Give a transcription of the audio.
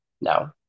No